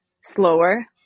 slower